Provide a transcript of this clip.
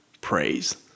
praise